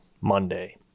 Monday